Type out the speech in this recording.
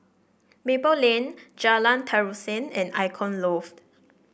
Maple Lane Jalan Terusan and Icon Loft